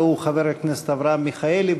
הלוא הוא חבר הכנסת אברהם מיכאלי.